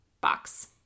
box